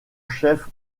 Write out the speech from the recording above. chef